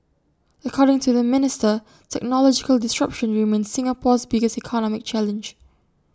according to the minister technological disruption remains Singapore's biggest economic challenge